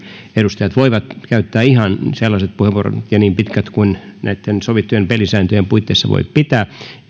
edustajat voivat käyttää ihan sellaiset ja niin pitkät puheenvuorot kuin näitten sovittujen pelisääntöjen puitteissa voi pitää